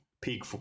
peak